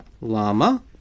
Llama